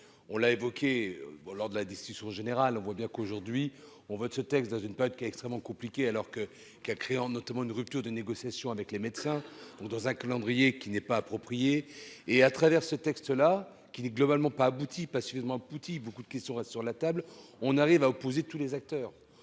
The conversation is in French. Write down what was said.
On l'a évoqué lors de la discussion générale, on voit bien qu'aujourd'hui on vote ce texte dans une période qui est extrêmement compliqué alors que qu'créant notamment une rupture de négociations avec les médecins dans un calendrier qui n'est pas approprié. Et à travers ce texte là qui n'est globalement pas abouti pas suffisamment Putty beaucoup de questions restent sur la table, on arrive à opposer de tous les acteurs.